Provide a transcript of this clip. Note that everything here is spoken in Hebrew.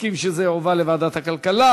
מסכים שזה יועבר לוועדת הכלכלה.